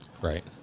Right